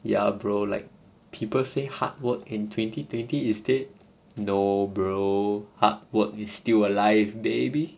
ya bro like people say hard work in twenty twenty is dead no bro hard work is still alive baby